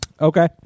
Okay